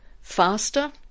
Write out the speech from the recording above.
faster